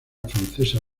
francesa